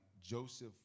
Joseph